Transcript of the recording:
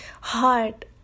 heart